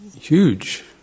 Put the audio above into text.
huge